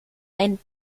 ein